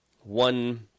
one